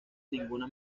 ninguna